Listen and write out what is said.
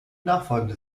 nachfolgende